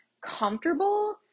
comfortable